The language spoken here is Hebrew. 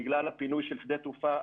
בגלל הפינוי של שדה התעופה,